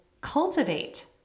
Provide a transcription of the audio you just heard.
cultivate